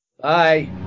Bye